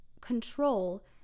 control